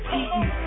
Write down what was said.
eating